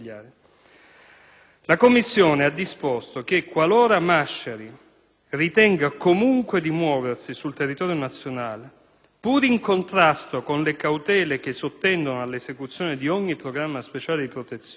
La commissione ha quindi disposto che, qualora Masciari ritenga comunque di muoversi sul territorio nazionale, pur in contrasto con le cautele che sottendono all'esecuzione di ogni programma speciale di protezione,